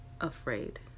afraid